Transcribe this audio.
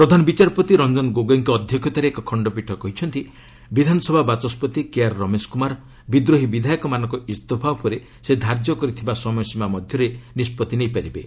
ପ୍ରଧାନ ବିଚାରପତି ରଞ୍ଜନ ଗୋଗୋଇଙ୍କ ଅଧ୍ୟକ୍ଷତାରେ ଏକ ଖଣ୍ଡପୀଠ କହିଛନ୍ତି ବିଧାସଭା ବାଚସ୍କତ କେ ଆର୍ ରମେଶ କୁମାର ବିଦ୍ରୋହୀ ବିଧାୟକମାନଙ୍କ ଇସ୍ତଫା ଉପରେ ସେ ଧାର୍ଯ୍ୟ କରିଥିବା ସମୟସୀମା ମଧ୍ୟରେ ନିଷ୍ପଭି ନେଇପାରିବେ